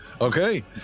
Okay